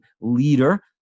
leader